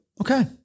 Okay